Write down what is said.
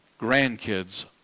grandkids